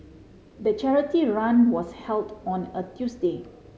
the charity run was held on a Tuesday